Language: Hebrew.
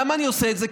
למה אני עושה את זה?